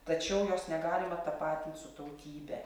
tačiau jos negalima tapatint su tautybe